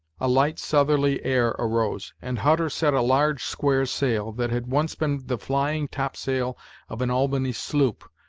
a light southerly air arose, and hutter set a large square sail, that had once been the flying top-sail of an albany sloop,